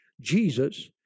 Jesus